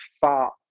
far